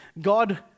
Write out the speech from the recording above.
God